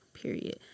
Period